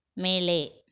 மேலே